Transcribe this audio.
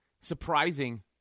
surprising